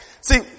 See